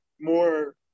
more